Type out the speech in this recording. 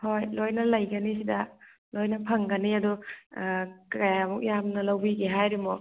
ꯍꯣꯏ ꯂꯣꯏꯅ ꯂꯩꯒꯅꯤ ꯁꯤꯗ ꯂꯣꯏꯅ ꯐꯪꯒꯅꯤ ꯑꯗꯣ ꯀꯌꯥꯝꯃꯨꯛ ꯌꯥꯝꯅ ꯂꯧꯕꯤꯒꯦ ꯍꯥꯏꯔꯤꯅꯣꯣ